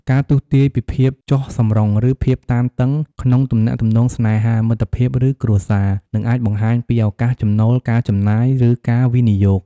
ទស្សន៍ទាយពីភាពចុះសម្រុង ឬភាពតានតឹងក្នុងទំនាក់ទំនងស្នេហា មិត្តភាព ឬគ្រួសារ និងអាចបង្ហាញពីឱកាសចំណូល ការចំណាយ ឬការវិនិយោគ។